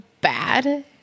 bad